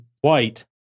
white